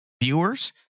Viewers